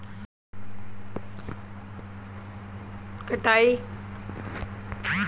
कटाई के बाद पारंपरिक रूप से कुछ समय हेतु खेतो में ही भंडारण किया जाता था